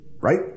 Right